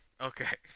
Okay